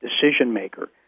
decision-maker